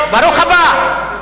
ברוך הבא.